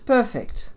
Perfect